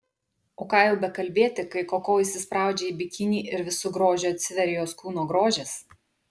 o ką jau bekalbėti kai koko įsispraudžia į bikinį ir visu grožiu atsiveria jos kūno grožis